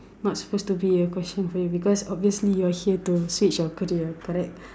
not supposed to be a question for you because obviously you're here to switch your career correct